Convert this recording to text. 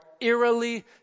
eerily